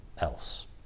else